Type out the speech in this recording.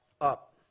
up